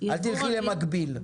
אל תלכי למקביל.